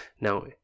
Now